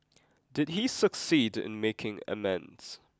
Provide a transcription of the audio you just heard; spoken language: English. did he succeed in making amends